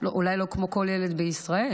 אולי לא כמו כל ילד בישראל,